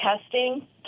Testing